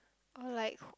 oh like